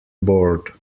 board